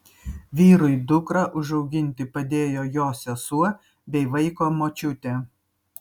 vyrui dukrą užauginti padėjo jo sesuo bei vaiko močiutė